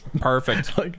Perfect